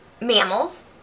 mammals